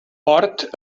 port